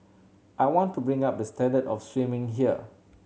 I want to bring up the standard of swimming here